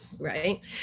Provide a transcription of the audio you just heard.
right